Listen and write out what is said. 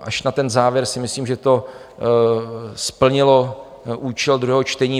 A na ten závěr si myslím, že to splnilo účel druhého čtení.